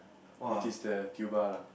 which is the tuba lah